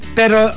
pero